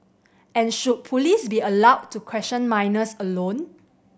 and should police be allowed to question minors alone